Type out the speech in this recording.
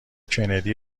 کندی